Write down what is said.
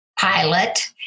pilot